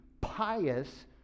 pious